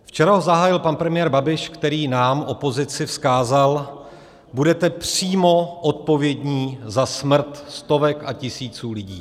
Včera zahájil pan premiér Babiš, který nám, opozici, vzkázal: Budete přímo odpovědní za smrt stovek a tisíců lidí.